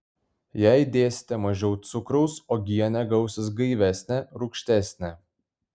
jei dėsite mažiau cukraus uogienė gausis gaivesnė rūgštesnė